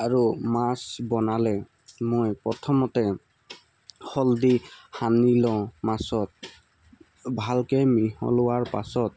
আৰু মাছ বনালে মই প্ৰথমতে হালধি সানি লওঁ মাছত ভালকৈ মিহলোৱাৰ পাছত